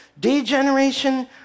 degeneration